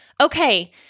Okay